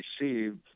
received